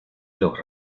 los